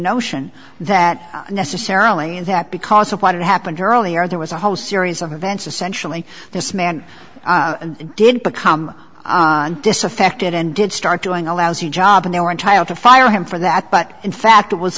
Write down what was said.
notion that necessarily that because of what happened earlier there was a whole series of events essentially this man did become disaffected and did start doing a lousy job and they were entitled to fire him for that but in fact it was